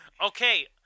Okay